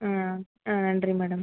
ம் ம் நன்றி மேடம்